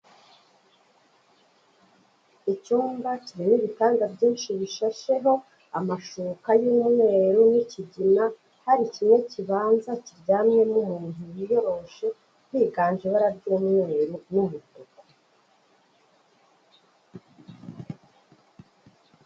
Icyumba kirimo ibitanda byinshi bishasheho amashuka y'umweru w'ikigina, hari kimwe kibanza kiryamyemo umuntu wiyoroshe. Higanje ibara ry'umweru n'umutuku.